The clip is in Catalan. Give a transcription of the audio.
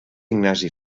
ignasi